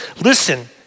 Listen